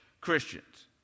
Christians